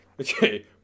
okay